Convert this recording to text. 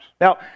Now